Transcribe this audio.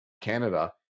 Canada